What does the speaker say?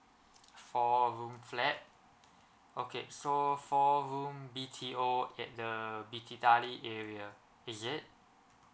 four room flat okay so four room B_T_O at the bidadari area is it